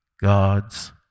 God's